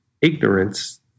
ignorance